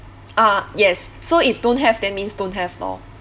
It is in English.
ah yes so if don't have that means don't have lor